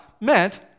meant